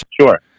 Sure